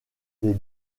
des